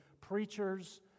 preachers